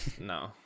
No